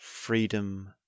freedom